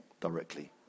directly